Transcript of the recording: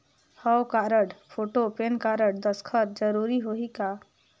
हव card, photo, PAN card, दस्खत जरूरी होही का?